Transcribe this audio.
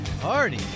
party